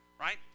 Right